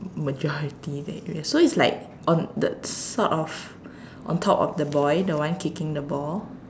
majority that so is like on the sort of on top of the boy the one kicking the ball